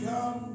come